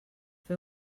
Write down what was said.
fer